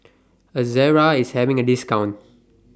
Ezerra IS having A discount